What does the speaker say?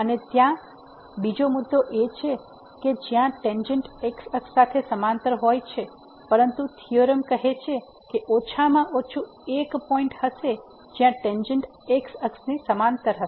અને ત્યાં બીજો મુદ્દો એ છે કે જ્યાં ટેંજેન્ટ x અક્ષ સાથે સમાંતર હોય છે પરંતુ થીયોરમ કહે છે કે ઓછામાં ઓછું એક પોઈન્ટ હશે જ્યાં ટેંજેન્ટ x અક્ષની સમાંતર હશે